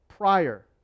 prior